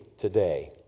today